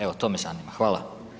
Evo to me zanima, hvala.